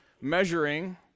measuring